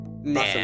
Nah